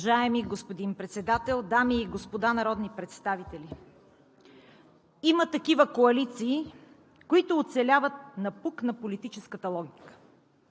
Уважаеми господин Председател, дами и господа народни представители! Има такива коалиции, които оцеляват напук на политическата логика.